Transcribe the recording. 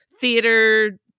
theater